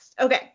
okay